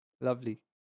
Lovely